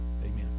amen